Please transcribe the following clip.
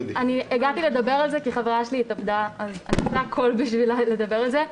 הגעתי לדבר על זה כי חברה שלי התאבדה אז אעשה הכול כדי לדבר על זה.